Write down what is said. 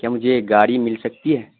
کیا مجھے گاڑی مل سکتی ہے